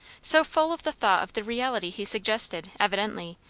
so full of the thought of the reality he suggested, evidently,